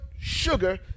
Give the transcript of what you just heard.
sugar